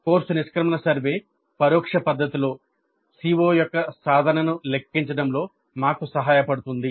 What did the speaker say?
course నిష్క్రమణ survey పరోక్ష పద్ధతిలో CO యొక్క సాధనను లెక్కించడంలో మాకు సహాయపడుతుంది